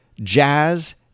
jazz